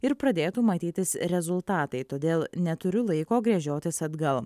ir pradėtų matytis rezultatai todėl neturiu laiko gręžiotis atgal